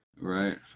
Right